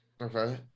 Okay